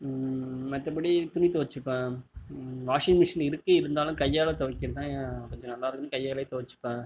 மற்றபடி துணி துவைச்சிப்பேன் வாஷிங் மிஷின் இருக்கு இருந்தாலும் கையால் துவைக்குறதுதான் எனக்கு கொஞ்சம் நல்லா இருக்கும் கையால் துவைச்சிப்பேன்